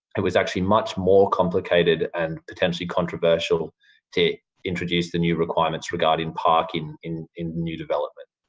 it was actually much more complicated and potentially controversial to introduce the new requirements regarding parking in in new development.